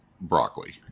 broccoli